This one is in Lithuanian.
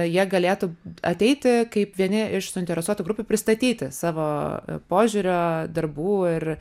jie galėtų ateiti kaip vieni iš suinteresuotų grupių pristatyti savo požiūrio darbų ir